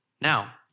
Now